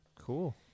cool